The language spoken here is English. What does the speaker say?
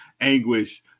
anguish